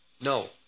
No